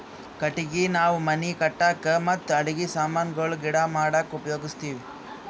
ಕಟ್ಟಗಿ ನಾವ್ ಮನಿ ಕಟ್ಟಕ್ ಮತ್ತ್ ಅಡಗಿ ಸಮಾನ್ ಗೊಳ್ ಮಾಡಕ್ಕ ಉಪಯೋಗಸ್ತಿವ್